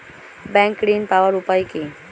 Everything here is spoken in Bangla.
ব্যাংক ঋণ পাওয়ার উপায় কি?